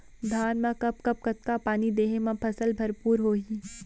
धान मा कब कब कतका पानी देहे मा फसल भरपूर होही?